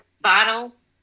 bottles